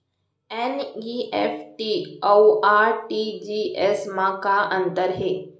NEFT अऊ RTGS मा का अंतर हे?